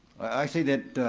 i say that